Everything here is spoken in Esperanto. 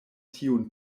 tiun